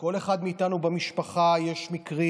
לכל אחד מאיתנו במשפחה יש מקרים.